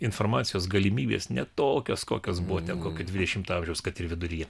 informacijos galimybės ne tokios kokios buvo ten kokio dvidešimto amžiaus kad ir viduryje